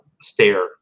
stare